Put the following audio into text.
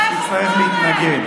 בבקשה.